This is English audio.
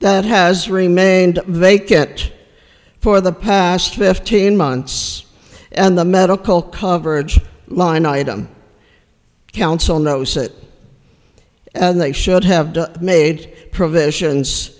that has remained vacant for the past fifteen months and the medical coverage line item council knows it and they should have made provisions